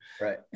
Right